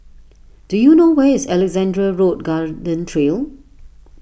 do you know where is Alexandra Road Garden Trail